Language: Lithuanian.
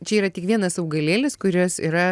čia yra tik vienas augalėlis kuris yra